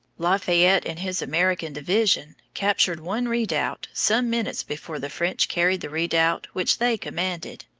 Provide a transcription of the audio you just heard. lafayette and his american division captured one redoubt some minutes before the french carried the redoubt which they commanded.